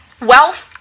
wealth